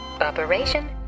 Operation